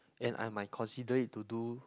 and I might consider it to do